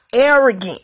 arrogant